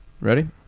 ready